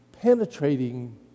penetrating